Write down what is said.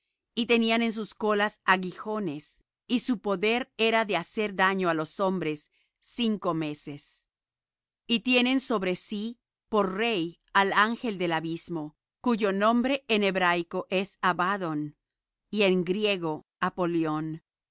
y tenían en sus colas aguijones y su poder era de hacer daño á los hombres cinco meses y tienen sobre sí por rey al ángel del abismo cuyo nombre en hebraico es abaddon y en griego